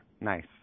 nice